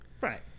right